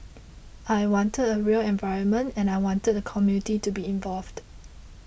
I wanted a real environment and I wanted the community to be involved